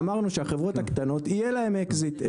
אמרנו שלחברות הגדולות יהיה להן אקזיט.